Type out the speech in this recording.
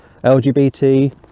lgbt